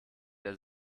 der